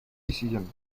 decision